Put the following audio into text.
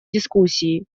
дискуссии